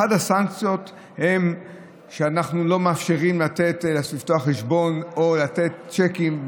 אחת הסנקציות היא שאנחנו לא מאפשרים לתת לפתוח חשבון או לתת צ'קים,